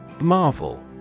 Marvel